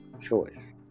choice